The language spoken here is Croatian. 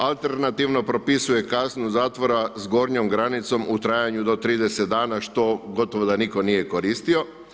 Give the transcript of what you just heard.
Alternativno propisuje kaznu zatvora s gornjom granicom u trajanju do 30 dana, što gotovo da nitko nije koristio.